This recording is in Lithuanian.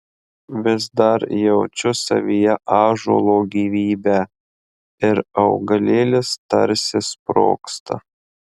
vis dar jaučiu savyje ąžuolo gyvybę ir augalėlis tarsi sprogsta